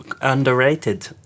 underrated